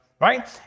right